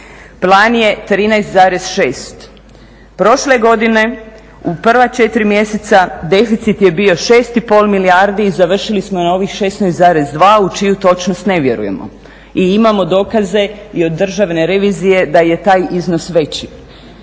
Plan je 13,6. Prošle godine u prva četiri mjeseca deficit je bio 6,5 milijardi i završili smo na ovih 16,2 u čiju točnost ne vjerujemo i imamo dokaze i od Državne revizije da je taj iznos veći.